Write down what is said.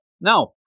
no